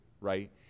right